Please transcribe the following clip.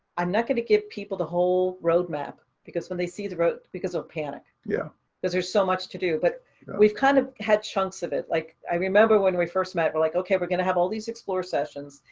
i'm not going to give people the whole roadmap, because when they see the road, because they'll panic yeah because there's so much to do. but we've kind of had chunks of it. like, i remember when we first met, we're like, okay, we're going to have all these explore sessions,